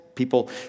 People